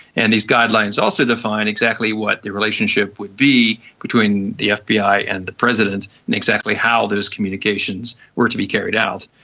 and these guidelines also define exactly what the relationship would be between the fbi and the president and exactly how those communications were to be carried out.